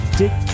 dick